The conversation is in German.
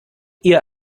ihr